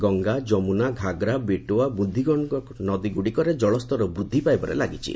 ଗଙ୍ଗା ଯମୁନା ଘାଘରା ବେଟୁଆ ବୁଦ୍ଧିଗଣ୍ଡକ ନଦୀ ଗୁଡିକରେ ଜଳସ୍ତର ବୃଦ୍ଧି ପାଇବାରେ ଲାଗିଛି